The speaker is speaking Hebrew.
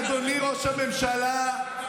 הרי אתה לא מתפטר,